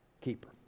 keeper